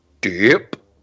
dip